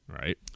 Right